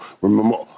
Remember